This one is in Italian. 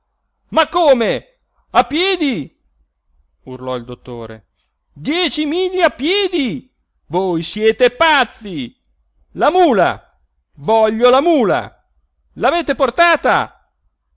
ma come a piedi urlò il dottore dieci miglia a piedi voi siete pazzi la mula voglio la mula l'avete portata